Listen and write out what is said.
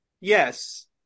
Yes